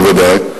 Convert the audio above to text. בוודאי,